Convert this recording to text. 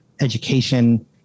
education